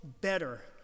better